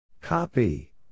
Copy